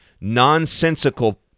nonsensical